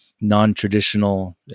non-traditional